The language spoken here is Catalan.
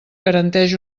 garanteix